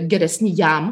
geresni jam